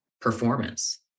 performance